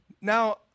now